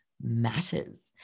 matters